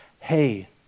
hey